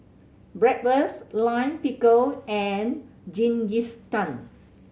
Bratwurst Lime Pickle and Jingisukan